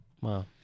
Wow